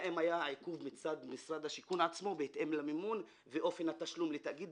אם היה עיכוב מצד משרד השיכון עצמו בהתאם למימון ואופן התשלום לתאגיד